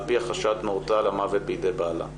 על פי החשד נורתה למוות בידי בעלה.